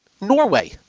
Norway